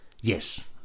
yes